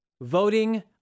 Voting